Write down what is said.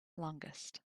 longest